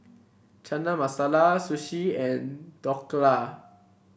Chana Masala Sushi and Dhokla